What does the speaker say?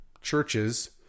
churches